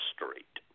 Street